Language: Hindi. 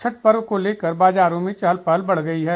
छठ पर्व को लेकर बाजारों में चहल पहल बढ़ गयी है